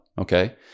Okay